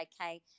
okay